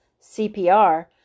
CPR